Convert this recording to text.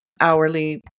hourly